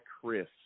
Chris